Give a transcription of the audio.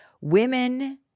women